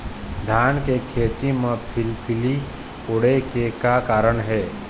धान के खेती म फिलफिली उड़े के का कारण हे?